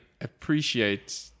appreciate